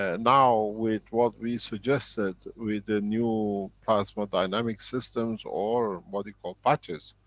ah now, with what we suggested with the new plasma dynamic systems or what we call patches,